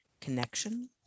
connection